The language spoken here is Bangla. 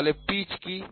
তাহলে পিচ কী